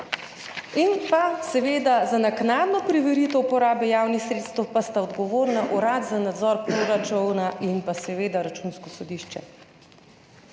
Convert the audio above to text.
plazovi, za naknadno preveritev porabe javnih sredstev pa sta odgovorna Urad za nadzor proračuna in seveda Računsko sodišče.